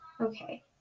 Okay